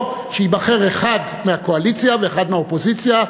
שייבחר אחד מהקואליציה ואחד מהאופוזיציה,